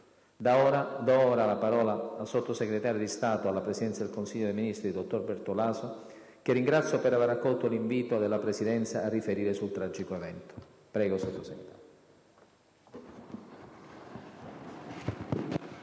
Do ora la parola al sottosegretario di Stato alla Presidenza del Consiglio dei ministri dottor Bertolaso, che ringrazio per avere accolto l'invito della Presidenza a riferire sul tragico evento.